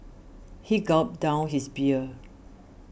he gulped down his beer